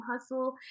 hustle